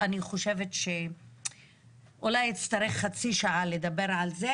אני שוב מתנצלת על האיחור,